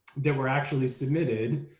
that were actually submitted.